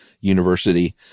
University